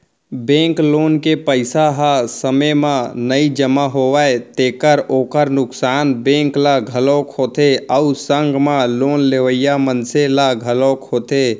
bank loan के पइसा ह समे म नइ जमा होवय तेखर ओखर नुकसान बेंक ल घलोक होथे अउ संग म लोन लेवइया मनसे ल घलोक होथे